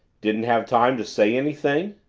didn't have time to say anything?